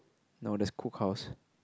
no there's cook house